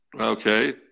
Okay